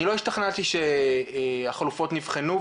אני לא השתכנעתי שהחלופות נבחנו,